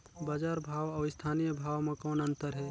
बजार भाव अउ स्थानीय भाव म कौन अन्तर हे?